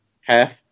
half